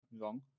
wrong